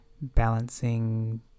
balancing